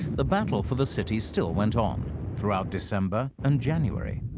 the battle for the city still went on throughout december and january.